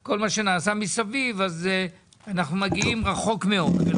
כל מה שנעשה מסביב, אז אנחנו מגיעים רחוק מאוד.